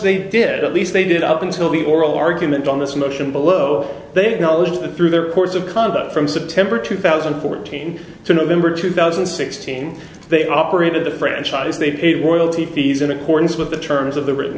they did at least they did up until the oral argument on this motion below they acknowledge that through the course of conduct from september two thousand and fourteen to november two thousand and sixteen they operated the franchise they paid royalty fees in accordance with the terms of the written